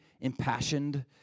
Impassioned